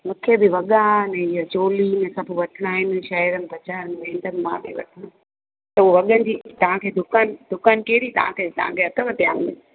मूंखे बि वॻा ने हीअ चोली हीअ सभु वठिणा आहिनि शहेरनि बजारनि में हीअ त मां थी वठा त हू वॻनि जी तव्हांखे दुकान दुकान कहिड़ी तव्हांखे तव्हांखे अथव ध्यानु में